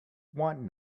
want